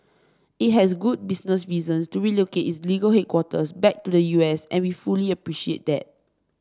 it has good business reasons to relocate its legal headquarters back to the U S and we fully appreciate that